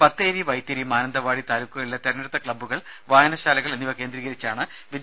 ബത്തേരി വൈത്തിരി മാനന്തവാടി താലൂക്കുകളിലെ തിരഞ്ഞെടുത്ത ക്ലബ്ബുകൾ വായനശാലകൾ എന്നിവ കേന്ദ്രീകരിച്ചാണ് വിദ്യാഭ്യാസ വകുപ്പ് ടി